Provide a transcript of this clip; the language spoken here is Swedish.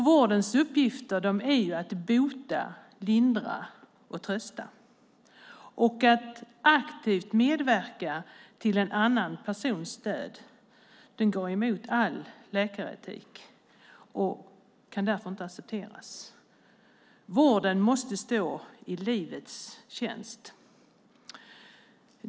Vårdens uppgifter är ju att bota, lindra och trösta. Att aktivt medverka till en annan persons död går emot all läkaretik och kan därför inte accepteras. Vården måste stå i livets tjänst.